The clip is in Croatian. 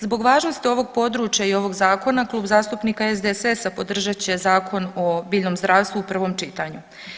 Zbog važnosti ovog područja i ovog zakona Klub zastupnika SDSS-a podržat že Zakon o biljnom zdravstvu u prvom čitanju.